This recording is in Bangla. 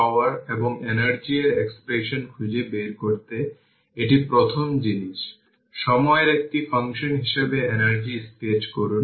পরবর্তীতে ক্যাপাসিটার C1 এবং C2 এর স্টোরড ইনিশিয়াল এনার্জি গণনা করুন